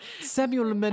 Samuel